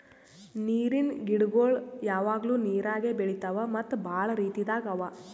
ನೀರಿನ್ ಗಿಡಗೊಳ್ ಯಾವಾಗ್ಲೂ ನೀರಾಗೆ ಬೆಳಿತಾವ್ ಮತ್ತ್ ಭಾಳ ರೀತಿದಾಗ್ ಅವಾ